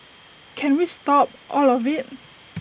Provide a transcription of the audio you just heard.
can we stop all of IT